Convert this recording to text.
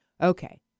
Okay